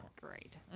great